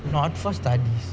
not for studies